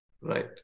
Right